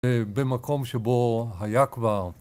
במקום שבו היה כבר...